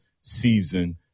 season